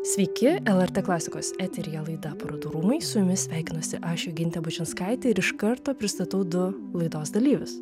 sveiki lrt klasikos eteryje laida parodų rūmai su jumis sveikinuosi aš jogintė bučinskaitė ir iš karto pristatau du laidos dalyvius